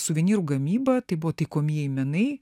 suvenyrų gamyba tai buvo taikomieji menai